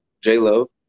J-Lo